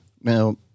Now